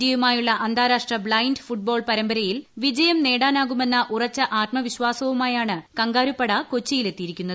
ഇന്ത്യയുമായുള്ള അന്താരാഷ്ട്ര blind football പരമ്പരയിൽ വിജയം നേടാനാകുമെന്ന ഉറച്ച ആത്മവിശ്വാസവുമായാണ് കങ്കാരുപട കൊച്ചിയിലെത്തിയിരിക്കുന്നത്